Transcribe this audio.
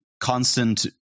constant